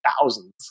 thousands